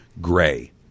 gray